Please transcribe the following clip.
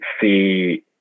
see